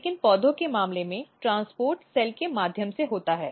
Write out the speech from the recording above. लेकिन पौधों के मामले में ट्रांसपोर्ट सेल्स के माध्यम से होता है